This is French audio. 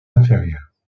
inférieures